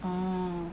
orh